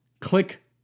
click